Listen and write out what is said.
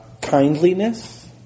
Kindliness